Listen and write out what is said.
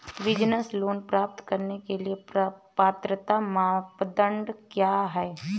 Business loan प्राप्त करने के लिए पात्रता मानदंड क्या हैं?